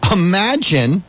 Imagine